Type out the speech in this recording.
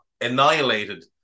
annihilated